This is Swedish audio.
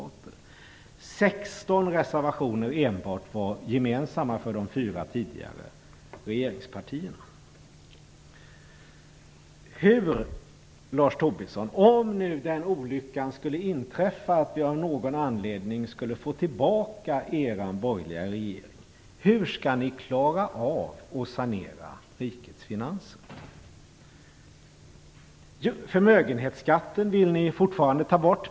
Enbart 16 reservationer är gemensamma för de fyra tidigare regeringspartierna. Men, Lars Tobisson, om olyckan skulle inträffa att vi av någon anledning fick tillbaka er borgerliga regering, hur skall ni då klara av saneringen av rikets finanser? Förmögenhetsskatten vill ni fortfarande ta bort.